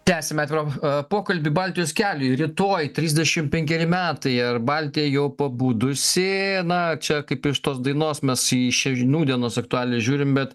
tęsiame atvirą pokalbį baltijos keliui rytoj trisdešimt penkeri metai ar baltija jau pabudusi na čia kaip iš tos dainos mes čia iš nūdienos aktualijų žiūrim bet